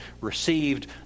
received